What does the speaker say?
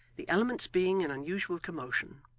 the elements being in unusual commotion,